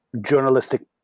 journalistic